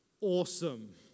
awesome